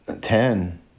Ten